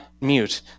mute